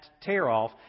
tear-off